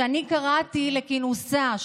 שאני קראתי לכינוסה,